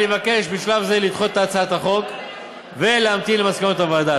אני מבקש בשלב זה לדחות את הצעת החוק ולהמתין למסקנות הוועדה.